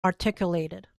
articulated